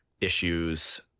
issues